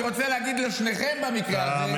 אני רוצה להגיד לשניכם במקרה הזה,